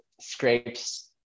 scrapes